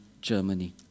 Germany